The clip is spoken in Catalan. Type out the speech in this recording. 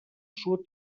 sud